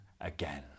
again